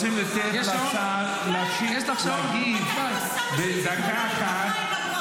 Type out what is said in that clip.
אתה כמו סבא שלי, זיכרונו לברכה, עם הברכות.